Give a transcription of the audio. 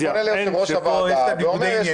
אני פונה אל יושב-ראש הוועדה ואומר שיש